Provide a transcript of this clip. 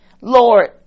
Lord